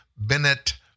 Bennett